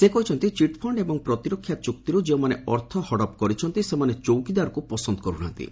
ସେ କହିଛନ୍ତି ଚିଟ୍ଫଶ୍ଡ ଏବଂ ପ୍ରତିରକ୍ଷା ଚୁକ୍ତିରୁ ଯେଉଁମାନେ ଅର୍ଥ ହଡ଼ପ କରିଛନ୍ତି ସେମାନେ ଚୌକିଦାରକୁ ପସନ୍ଦ କରୁନାହାନ୍ତି